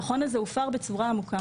--- את חושבת שהם מתקשים בלבצע את עבודתם?